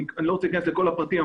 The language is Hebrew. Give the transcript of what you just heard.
אני לא רוצה להיכנס לכל הפרטים,